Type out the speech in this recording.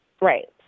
Right